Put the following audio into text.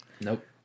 Nope